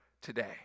today